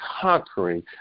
conquering